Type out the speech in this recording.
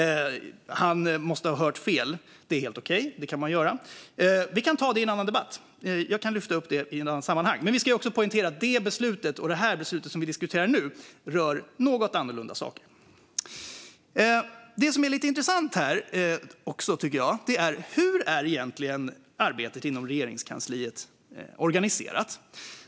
Han måste ha hört fel. Det är helt okej - det kan man göra. Vi kan ta det i en annan debatt. Jag kan lyfta upp det i ett annat sammanhang. Men vi ska också poängtera att det beslutet och det beslut som vi diskuterar nu rör något olika saker. Det som är lite intressant här också, tycker jag, är hur arbetet inom Regeringskansliet egentligen är organiserat.